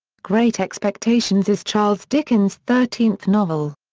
great expectations is charles dickens' thirteenth novel.